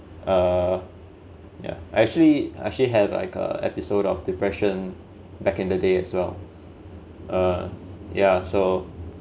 uh yeah actually actually have like a episode of depression back in the day as well uh yeah so